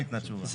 לא ניתנה תשובה.